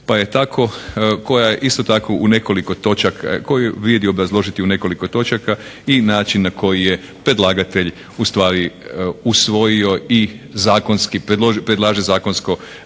pa je tako, koja isto tako u nekoliko točaka, koji, …/Govornik se ne razumije./… je obrazložiti u nekoliko točaka i način na koji je predlagatelj ustvari usvojio i zakonski, predlaže zakonsko